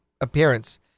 appearance